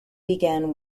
began